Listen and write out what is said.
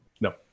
No